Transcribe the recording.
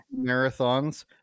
marathons